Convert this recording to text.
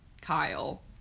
Kyle